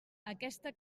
aquesta